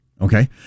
Okay